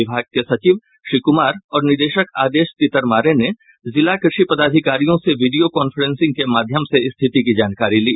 विभाग के सचिव श्री कुमार और निदेशक आदेश तितरमारे ने जिला कृषि पदाधिकारियों से वीडियो कांफ्रेंसिंग के माध्मय से स्थिति की जानकारी ली